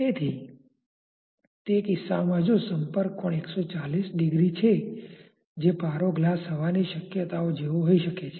તેથી તે કિસ્સામાં જો સંપર્ક કોણ 140 ડિગ્રી છે જે પારો ગ્લાસ હવા ની શક્યતાઓ જેવો હોઈ શકે છે